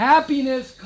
Happiness